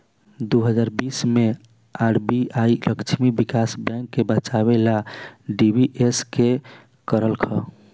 दू हज़ार बीस मे आर.बी.आई लक्ष्मी विकास बैंक के बचावे ला डी.बी.एस.के करलख